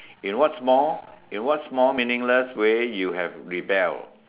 you know what's more you know what's more meaningless way you have rebel